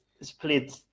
split